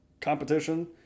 competition